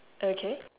okay